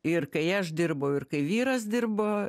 ir kai aš dirbau ir kai vyras dirbo